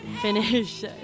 finish